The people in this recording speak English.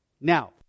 now